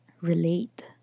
relate